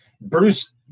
Bruce